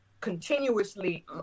continuously